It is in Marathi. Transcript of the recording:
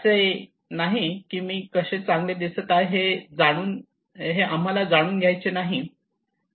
असे नाही की मी कसे चांगले दिसत आहे हे आम्हाला जाणून घ्यायचे नाही